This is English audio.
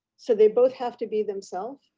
so they both have to be themselves,